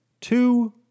two